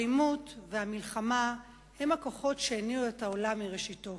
האלימות והמלחמה הן הכוחות שהניעו את העולם מראשיתו.